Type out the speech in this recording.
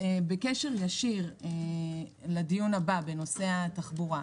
בקשר ישיר לדיון הבא, שיהיה בנושא תחבורה,